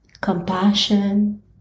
compassion